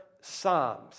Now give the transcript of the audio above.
Psalms